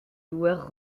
loueur